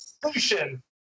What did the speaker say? solution